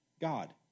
God